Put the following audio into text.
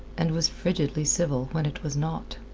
and was frigidly civil when it was not.